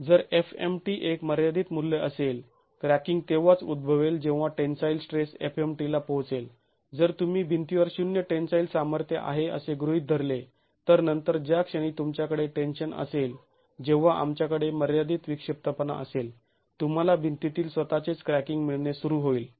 जर fmtएक मर्यादित मूल्य असेल क्रॅकिंग तेव्हाच उद्भवेल जेव्हा टेन्साईल स्ट्रेस fmt ला पोहचेल जर तुम्ही भिंतीवर शून्य टेन्साईल सामर्थ्य आहे असे गृहीत धरले तर नंतर ज्या क्षणी तुमच्याकडे टेन्शन असेल जेव्हा आमच्याकडे मर्यादित विक्षिप्तपणा असेल तुम्हाला भिंतीतील स्वतःचेच क्रॅकिंग मिळणे सुरू होईल